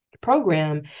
program